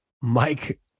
Mike